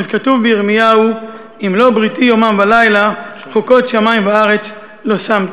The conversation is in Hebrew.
כמו שכתוב בירמיהו: "אם לא בריתי יומם ולילה חֻקוֹת שמים וארץ לא שמתי".